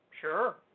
Sure